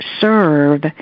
serve